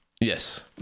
Yes